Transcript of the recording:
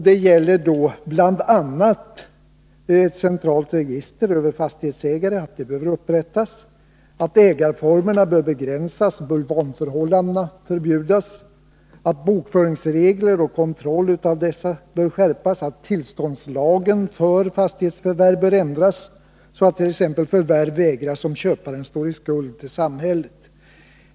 Det gäller då bl.a. att ett centralt register över fastighetsägare behöver upprättas, att ägarformerna bör begränsas och bulvanförhållanden förbjudas, att bokföringsreglerna och kontrollen av dessa bör skärpas och att tillståndslagen för fastighetsförvärv bör ändras, så attt.ex. förvärv vägras om köparen står i skuld till samhället.